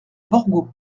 borgo